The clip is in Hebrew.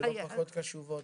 שלא פחות חשובות.